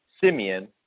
Simeon